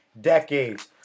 decades